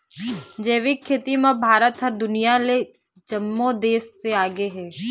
जैविक खेती म भारत ह दुनिया के जम्मो देस ले आगे हे